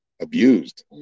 abused